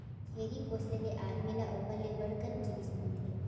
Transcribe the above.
छेरी पोसे ले आदमी ल ओकर ले बड़ कन जिनिस मिलथे